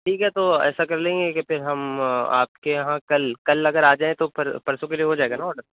ٹھیک ہے تو ایسا کر لیں گے کہ پھر ہم آپ کے یہاں کل کل اگر آ جائیں تو پرسوں کے لیے ہو جائے گا نا آڈر